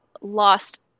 lost